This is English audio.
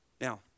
Now